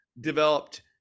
developed